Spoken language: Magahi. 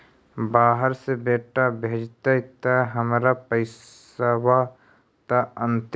बाहर से बेटा भेजतय त हमर पैसाबा त अंतिम?